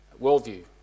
worldview